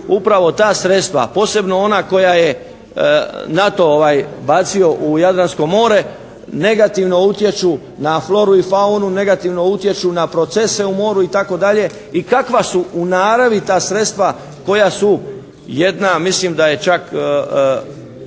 upravo ta sredstva, a posebno ona koja je NATO bacio u Jadransko more negativno utječu na floru i faunu, negativno utječu na procese u moru itd. i kakva su u naravi ta sredstva koja su jedna, a mislim da je čak